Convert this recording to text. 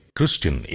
Christian